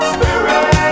Spirit